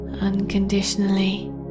unconditionally